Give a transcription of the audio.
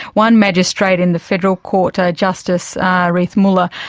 one magistrate in the federal court, justice reith muller,